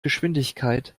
geschwindigkeit